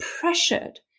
pressured